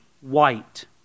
white